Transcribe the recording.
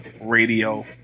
Radio